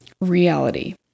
reality